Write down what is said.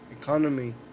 economy